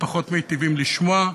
ופחות מיטיבים לשמוע,